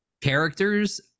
characters